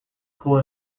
school